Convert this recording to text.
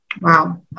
Wow